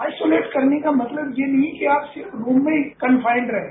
आइसोलेटकरने का मतलब ये नहीं है कि आप सिर्फ रूम में ही कनफाइन्ड रहें